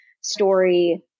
story